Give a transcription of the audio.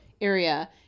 area